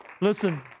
Listen